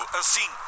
assim